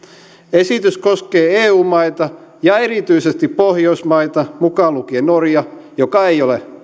esitys koskee eu maita ja erityisesti pohjoismaita mukaan lukien norja joka ei ole